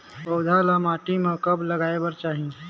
पौधा ल माटी म कब लगाए बर चाही?